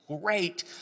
great